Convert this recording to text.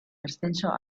ascenso